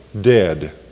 dead